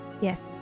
Yes